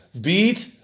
beat